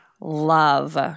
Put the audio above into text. love